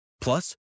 Plus